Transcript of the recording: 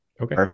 Okay